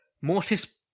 Mortis